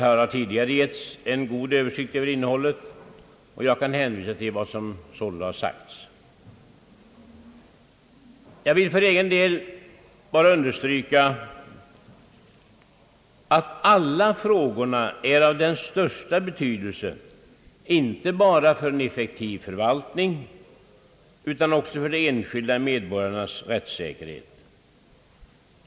Här har tidigare getts en god översikt över innehållet, och jag kan därför hänvisa till vad som har sagts. Jag vill för egen del bara understryka att alla frågorna är av den största betydelse, inte bara för en effektiv förvaltning utan också för de enskilda medborgarnas rättssäkerhet.